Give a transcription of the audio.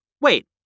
wait